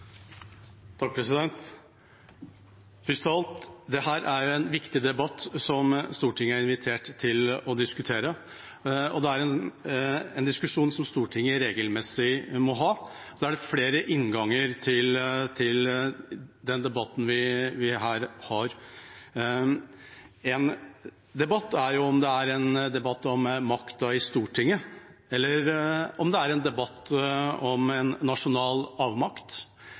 alt: Dette er en viktig debatt som Stortinget er invitert til å ta, og det er en diskusjon som Stortinget regelmessig må ha. Det er flere innganger til denne debatten. Én diskusjon er om det er en debatt om makt i Stortinget eller en debatt om nasjonal avmakt. Det synes jeg er en god diskusjon å ta, for hvis man ser det lange perspektivet, er det ingen tvil om